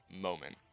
moment